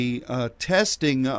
testing